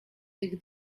tych